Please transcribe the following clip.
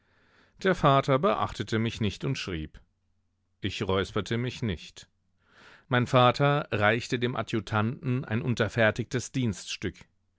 der vater beachtete mich nicht und schrieb ich räusperte mich nicht mein vater reichte dem adjutanten ein unterfertigtes dienststück